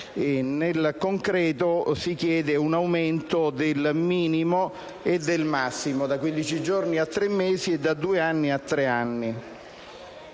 In concreto si chiede un aumento del minimo e del massimo, da quindici giorni a tre mesi e da due anni a tre anni.